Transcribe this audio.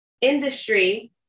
industry